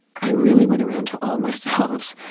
i really went around to all my selves,